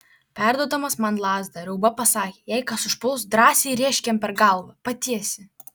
perduodamas man lazdą riauba pasakė jei kas užpuls drąsiai rėžk jam per galvą patiesi